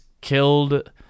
killed